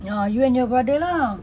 ah you and your brother lah